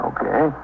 Okay